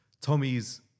Tommy's